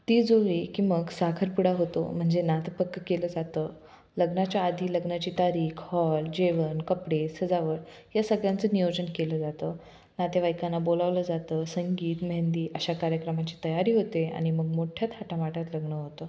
ती जुळली की मग साखरपुडा होतो म्हणजे नातं पक्क केलं जातं लग्नाच्या आधी लग्नाची तारीख हॉल जेवण कपडे सजावट या सगळ्यांचं नियोजन केलं जातं नातेवाईकांना बोलावलं जातं संगीत मेहंदी अशा कार्यक्रमाची तयारी होते आनि मग मोठ्यात थाटामाट्याात लग्न होतं